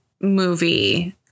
movie